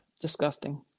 Disgusting